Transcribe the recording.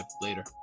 Later